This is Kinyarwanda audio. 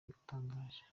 utangaje